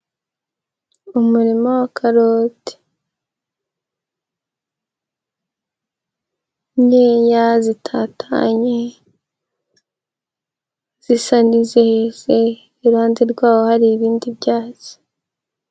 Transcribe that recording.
Umurima wa karoti, nkeya zitatanye, zisa n'izeze iruhande rwaho hari ibindi byatsi.